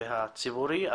והציבורי,